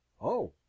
Oh